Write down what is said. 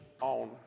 on